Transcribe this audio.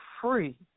free